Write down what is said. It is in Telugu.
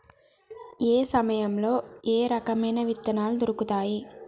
ఏయే సమయాల్లో ఏయే రకమైన విత్తనాలు దొరుకుతాయి?